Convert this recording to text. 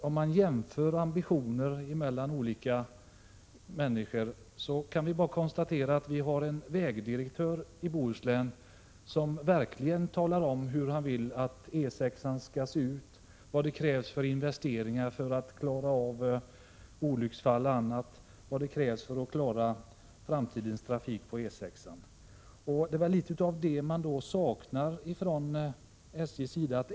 Om man ser på olika människors ambitioner kan man beträffande vägdirektören i Bohuslän konstatera att han verkligen talar om hur han vill att E 6 skall se ut, vilka investeringar som krävs för att klara olycksfall och vad som över huvud taget krävs för att klara framtidens trafik på E 6. Det är litet utav detta man saknar ifrån SJ:s sida.